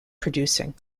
producing